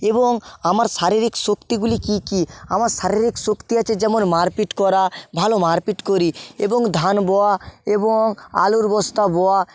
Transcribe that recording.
এবং আমার শারীরিক শক্তিগুলি কী কী আমার শারীরিক শক্তি হচ্ছে যেমন মারপিট করা ভালো মারপিট করি এবং ধান বওয়া এবং আলুর বস্তা বওয়া